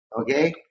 okay